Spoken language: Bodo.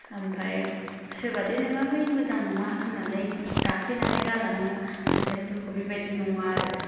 ओमफाय सोरबा दि नोङो है मोजां नङा होननानै गाफ्लेनानै गालाङो नाथाय फुलखौ बेबायदि नङा आरो